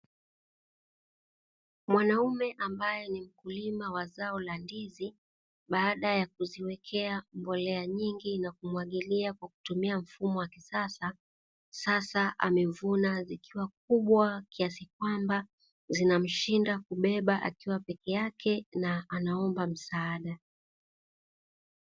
Mwanaume ambaye ni mkulima wa zao la ndizi baada ya kuziwekea mbolea nyingi na kumwagilia kwa kutumia mfumo wa kisasa, sasa amevuna zikiwa kubwa kiasi kwamba zinamshinda kubeba akiwa peke yake na anaomba msaada.